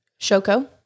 shoko